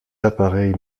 appareils